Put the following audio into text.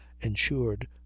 ensured